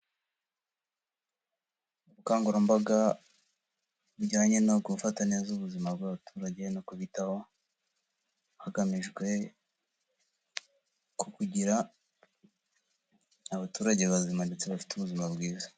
Ubukangurambaga bujyanye no gufata neza ubuzima bw'abaturage no kubitaho, hagamijwe kugira abaturage bazima ndetse bafite ubuzima bwiza.